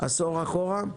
עשור אחורה.